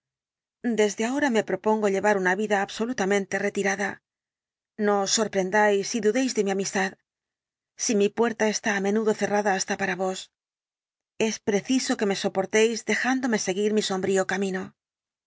desde ahora me propongo llevar una vida absolutamente retirada no os sorprendáis y dudéis de mi amistad si mi puerta está á menudo cerrada hasta para vos es preciso que me soportéis dejándome seguir mi sombrío camino